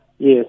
Yes